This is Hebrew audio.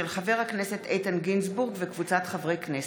של חבר הכנסת איתן גינזבורג וקבוצת חברי הכנסת,